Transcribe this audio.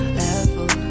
level